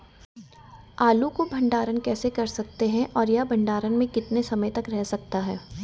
आलू को भंडारण कैसे कर सकते हैं और यह भंडारण में कितने समय तक रह सकता है?